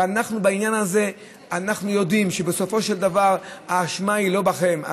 ובעניין הזה אנחנו יודעים שבסופו של דבר האשמה היא לא בכם,